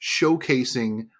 showcasing